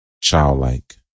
childlike